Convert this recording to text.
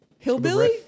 Hillbilly